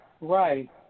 right